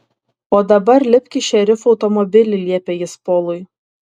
o dabar lipk į šerifo automobilį liepė jis polui